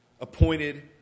appointed